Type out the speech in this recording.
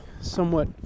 somewhat